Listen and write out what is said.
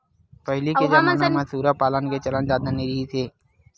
पहिली के जमाना म सूरा पालन के चलन जादा नइ रिहिस हे